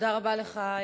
תודה רבה לך,